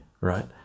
right